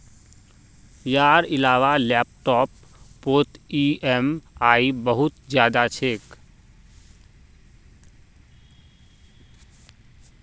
यार इलाबा लैपटॉप पोत ई ऍम आई बहुत ज्यादा छे